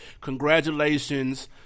Congratulations